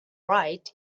right